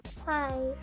Hi